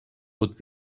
would